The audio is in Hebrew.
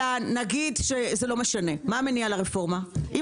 נגיד שזה לא משנה, אז מה המניע לרפורמה הזאת?